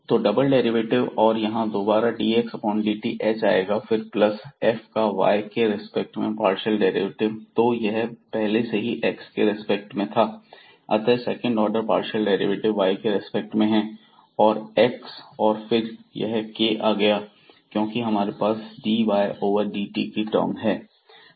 तो double derivative और यहां दोबारा dxdt h आएगा फिर प्लस f का y के रिस्पेक्ट में पार्शल डेरिवेटिव तो यह पहले से ही x के रेस्पेक्ट में था अतः second order partial derivative y के रेस्पेक्ट में है और x और फिर यह k आ गया क्योंकि हमारे पास dy ओवर dt कि टर्म है